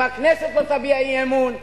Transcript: אם הכנסת לא תביע אי-אמון,